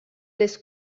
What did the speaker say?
les